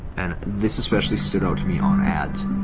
and this especially stood out to me on ads.